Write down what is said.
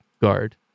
guard